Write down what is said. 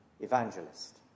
evangelist